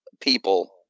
people